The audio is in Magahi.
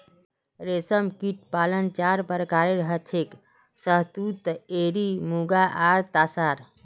रेशमकीट पालन चार प्रकारेर हछेक शहतूत एरी मुगा आर तासार